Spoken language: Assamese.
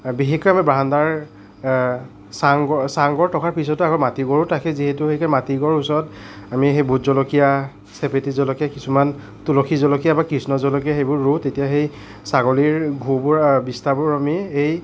বিশেষকৈ আমাৰ বাৰান্দাৰ চাংঘৰ চাংঘৰ থকাৰ পিছতো আকৌ মাটি ঘৰো থাকে যিহেতু মাটি ঘৰৰ ওচৰত আমি সেই ভোট জলকীয়া চেপেটি জলকীয়া কিছুমান তুলসী জলকীয়া বা কৃষ্ণ জলকীয়া সেইবোৰ ৰুওঁ তেতিয়া সেই ছাগলীৰ গুবোৰ বিষ্ঠাবোৰ আমি এই